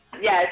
yes